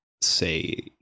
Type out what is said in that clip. say